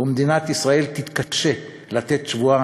ומדינת ישראל תתקשה לתת תשובה